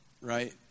right